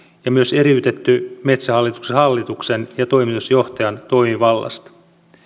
ja myös eriytetty metsähallituksen hallituksen ja toimitusjohtajan toimivallasta